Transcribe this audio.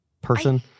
person